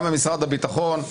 גם במשרד הביטחון.